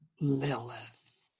Lilith